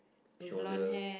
shoulder